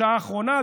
בשעה האחרונה,